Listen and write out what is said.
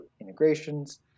integrations